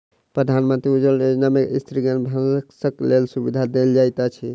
प्रधानमंत्री उज्ज्वला योजना में स्त्रीगण के भानसक लेल सुविधा देल जाइत अछि